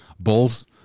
balls